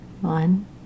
One